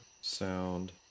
sound